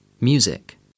Music